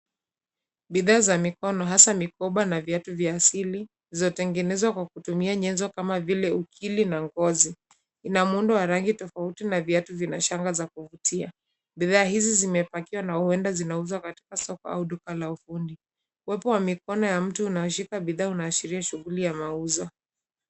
Bidhaa za mikono, hasaa mikoba na viatu vya asili, zilizotengenezwa kwa kutumia nyenzo kama vile ukilu na ngozi, ina muundo wa rangi tofauti na viatu vina shanga za kuvutia. Bidhaa hizi zimepakiwa na huenda zinauzwa katika soko au duka la ufundi. Uwepo wa mikono ya mtu unaoshika bidhaa unaashiria shughuli ya mauzo.